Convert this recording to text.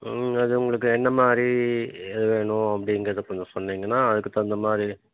ம் அது உங்களுக்கு என்ன மாதிரி வேணும் அப்படிங்கிறத கொஞ்சம் சொன்னிங்கன்னா அதுக்கு தகுந்த மாதிரி